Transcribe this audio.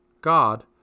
God